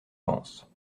pense